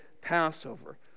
Passover